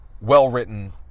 well-written